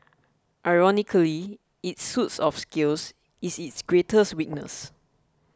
ironically its suit of scales is its greatest weakness